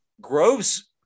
groves